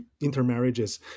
intermarriages